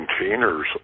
containers